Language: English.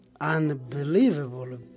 unbelievable